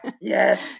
Yes